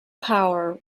power